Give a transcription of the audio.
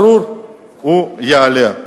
ברור שהוא יעלה.